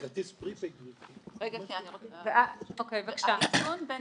יכול להיות